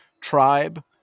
tribe